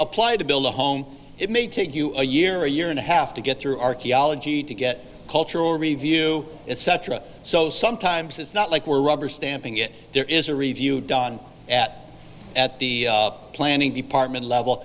apply to build a home it may take you a year or a year and a half to get through archaeology to get cultural review it cetera so sometimes it's not like we're rubber stamping it there is a review done at at the planning department level